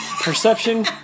perception